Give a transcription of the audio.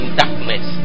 darkness